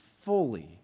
fully